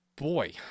Boy